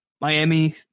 Miami